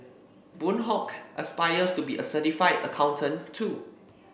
Boon Hock aspires to be a certified accountant too